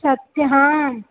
सत्यम्